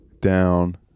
down